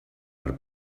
per